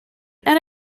and